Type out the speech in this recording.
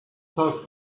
talk